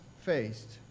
faced